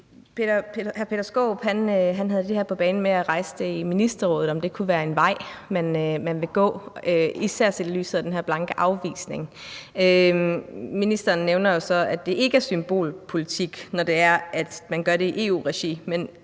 Hr. Peter Skaarup bragte på bane, at man kunne rejse det i Ministerrådet, altså om det kunne være en vej, man vil gå, især i lyset af den her blanke afvisning. Og ministeren nævner jo så, at det ikke er symbolpolitik, når det er, man gør det i EU-regi,